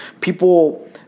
people